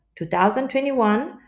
2021